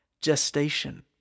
gestation